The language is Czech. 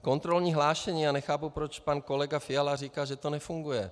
Kontrolní hlášení já nechápu, proč pan kolega Fiala říká, že to nefunguje.